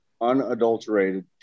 unadulterated